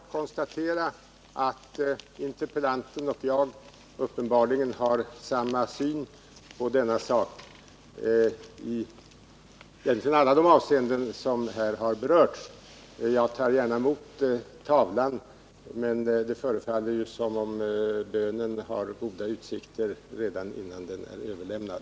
Herr talman! Jag vill bara kort konstatera att interpellanten och jag uppenbarligen har samma syn på ärendet i egentligen alla de avseenden som här har berörts. Jag tar gärna emot tavlan. Det förefaller som om bönen skulle ha goda utsikter att hörsammas redan innan tavlan är överlämnad.